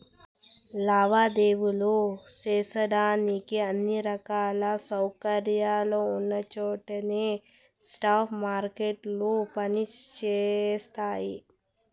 లావాదేవీలు సేసేదానికి అన్ని రకాల సౌకర్యాలున్నచోట్నే స్పాట్ మార్కెట్లు పని జేస్తయి